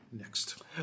next